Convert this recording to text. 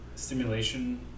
Stimulation